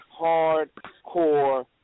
hardcore